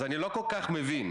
אז אני לא כל כך מבין,